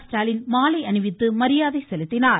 ஸ்டாலின் மாலை அணிவித்து மரியாதை செலுத்தினார்